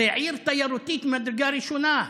זאת עיר תיירותית ממדרגה ראשונה.